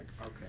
okay